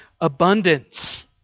abundance